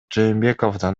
жээнбековдун